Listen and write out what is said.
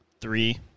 Three